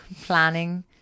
planning